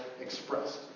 expressed